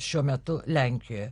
šiuo metu lenkijoje